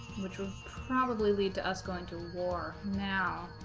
which will probably lead to us going to war now